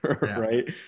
right